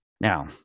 Now